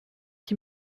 qui